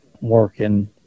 working